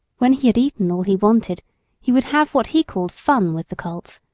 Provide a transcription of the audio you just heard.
when he had eaten all he wanted he would have what he called fun with the colts,